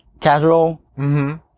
Casual